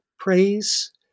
praise